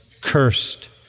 cursed